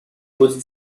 будет